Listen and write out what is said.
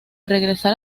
regresar